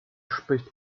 spricht